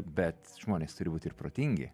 bet žmonės turi būt ir protingi